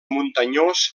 muntanyós